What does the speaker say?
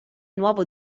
nuovo